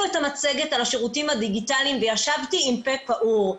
את המצגת על השירותים הדיגיטליים וישבתי עם פה פעור.